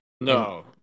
No